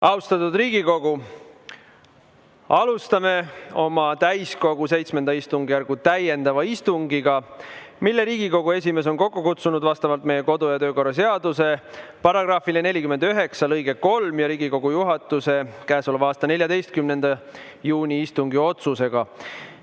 Austatud Riigikogu! Alustame oma täiskogu VII istungjärgu täiendavat istungit, mille Riigikogu esimees on kokku kutsunud vastavalt meie kodu‑ ja töökorra seaduse § 49 lõikele 3 ja Riigikogu juhatuse käesoleva aasta 14. juuni istungi otsusega.